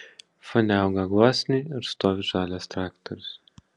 fone auga gluosniai ir stovi žalias traktorius